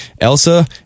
Elsa